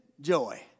joy